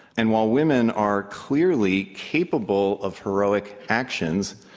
and while women are clearly capable of heroic actions